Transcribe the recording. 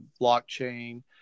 blockchain